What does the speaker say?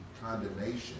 condemnation